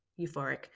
euphoric